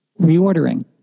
reordering